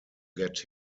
get